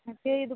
ஆ சரி இது